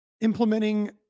implementing